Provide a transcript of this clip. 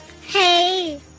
Hey